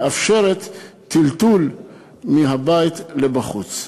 מאפשרת טלטול מהבית החוצה.